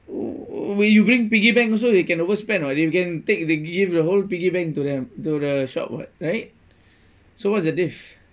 w~ w~ when you bring piggy bank also they can overspend what you can take give the whole piggy bank to them to the shop what right so what's the diff